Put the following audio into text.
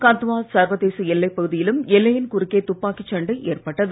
கத்துவா சர்வதேச எல்லைப் பகுதியிலும் எல்லையின் குறுக்கே துப்பாக்கிச் சண்டை ஏற்பட்டது